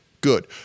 Good